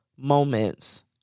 moments